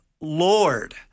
Lord